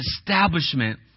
establishment